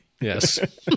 Yes